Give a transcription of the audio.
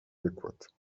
wykład